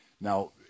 Now